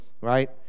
right